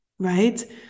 right